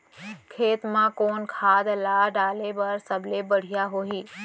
खेत म कोन खाद ला डाले बर सबले बढ़िया होही?